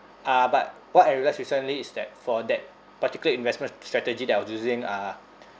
uh but what I realise recently is that for that particular investment strategy that I was using uh